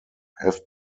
have